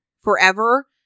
forever